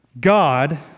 God